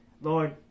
Lord